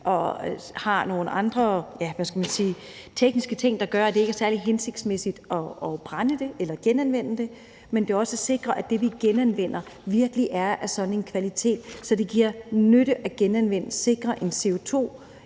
og har nogle andre, hvad skal man sige, tekniske ting, der gør, at det ikke er særlig hensigtsmæssigt at brænde det eller genanvende det, men det er også at sikre, at det, vi genanvender, virkelig er af en sådan kvalitet, at det giver nytte at genanvende det og